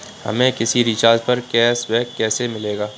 हमें किसी रिचार्ज पर कैशबैक कैसे मिलेगा?